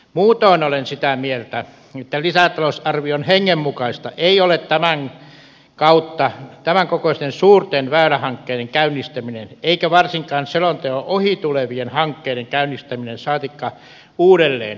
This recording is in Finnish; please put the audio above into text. muutoin olen sitä mieltä että lisätalousarvion hengen mukaista ei ole tämän kautta tämän kokoisten suurten väylähankkeiden käynnistäminen eikä varsinkaan selonteon ohi tulevien hankkeiden käynnistäminen saatikka uudelleenkohdentaminen